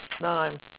Nine